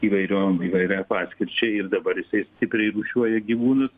įvairiom įvairiai paskirčiai ir dabar jisai stipriai rūšiuoja gyvūnus